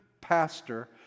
pastor